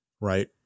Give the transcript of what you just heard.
right